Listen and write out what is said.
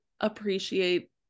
appreciate